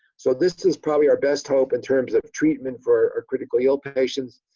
so this is probably our best hope in terms of treatment for our critically ill patients.